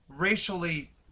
racially